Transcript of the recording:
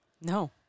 No